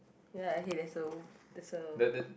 ya okay there so there's a